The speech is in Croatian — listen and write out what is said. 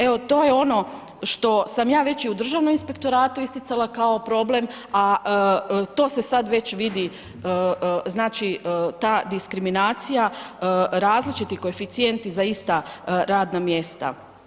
Evo to je ono što sam ja već i u Državnom inspektoratu isticala kao problem a to se sad već vidi, znači ta diskriminacija, različiti koeficijenti za ista radna mjesta.